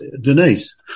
Denise